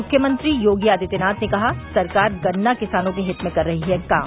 मुख्यमंत्री योगी आदित्यनाथ ने कहा सरकार गन्ना किसानों के हित में कर रही है काम